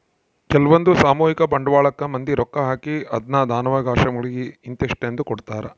ಕೆಲ್ವಂದು ಸಾಮೂಹಿಕ ಬಂಡವಾಳಕ್ಕ ಮಂದಿ ರೊಕ್ಕ ಹಾಕಿ ಅದ್ನ ದಾನವಾಗಿ ಆಶ್ರಮಗಳಿಗೆ ಇಂತಿಸ್ಟೆಂದು ಕೊಡ್ತರಾ